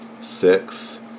six